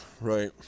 right